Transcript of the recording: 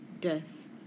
death